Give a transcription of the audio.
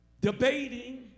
debating